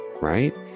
right